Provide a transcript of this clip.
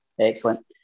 Excellent